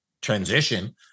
transition